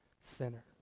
sinner